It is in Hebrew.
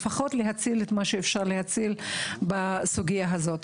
לפחות להציל את מה שאפשר להציל בסוגיה הזו.